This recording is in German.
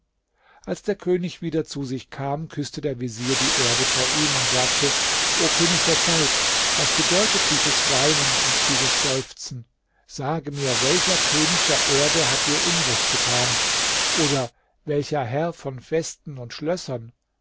als der könig wieder zu sich kam küßte der vezier die erde vor ihm und sagte o könig der zeit was bedeutet dieses weinen und dieses seufzen sage mir welcher könig der erde hat dir unrecht getan oder welcher herr von vesten und schlössern